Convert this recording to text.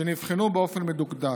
שנבחנו באופן מדוקדק.